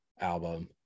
album